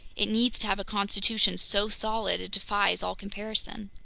it needs to have a constitution so solid, it defies all comparison.